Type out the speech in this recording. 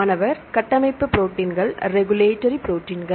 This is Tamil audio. மாணவர் கட்டமைப்பு ப்ரோடீன்கள் ரெகுலேட்டரி ப்ரோடீன்கள்